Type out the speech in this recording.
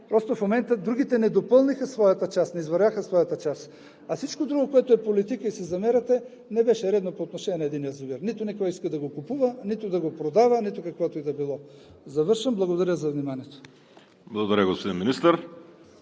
просто в момента другите не допълниха своята част, не извървяха своята част. А всичко друго, което е политика и се замеряте, не беше редно по отношение на един язовир. Нито някой иска да го купува, нито да го продава, нито каквото и да било. Завършвам. Благодаря за вниманието. ПРЕДСЕДАТЕЛ ВАЛЕРИ